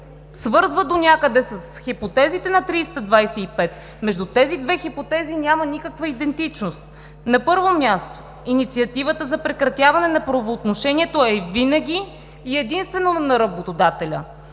свързва донякъде с хипотезите на чл. 325, между тези две хипотези няма никаква идентичност. На първо място, инициативата за прекратяване на правоотношението е винаги и единствено на работодателя.